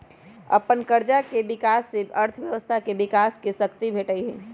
अप्पन रोजगार के विकास से अर्थव्यवस्था के विकास के शक्ती भेटहइ